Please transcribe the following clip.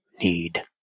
need